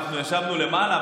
אנחנו ישבנו למעלה,